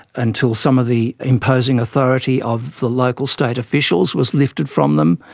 until some of the imposing authority of the local state officials was lifted from them,